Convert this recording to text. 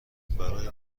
برای